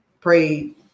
prayed